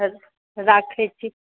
हे राखै छी